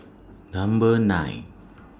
Number nine